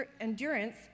endurance